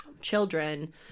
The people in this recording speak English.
children